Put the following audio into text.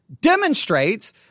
demonstrates